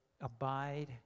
abide